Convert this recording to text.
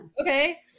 okay